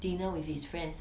dinner with his friends